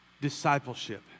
discipleship